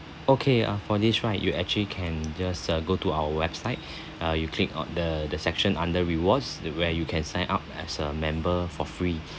okay uh for this right you actually can just uh go to our website uh you click on the the section under rewards the where you can sign up as a member for free